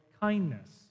kindness